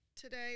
today